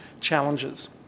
challenges